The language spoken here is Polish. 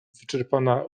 wyczerpana